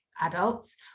adults